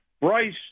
Bryce